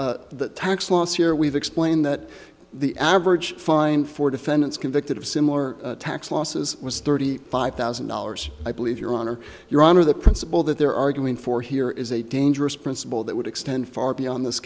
tax loss year we've explained that the average fine for defendants convicted of similar tax losses was thirty five thousand dollars i believe your honor your honor the principle that they're arguing for here is a dangerous principle that would extend for beyond this